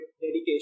dedication